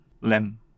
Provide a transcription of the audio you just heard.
Lem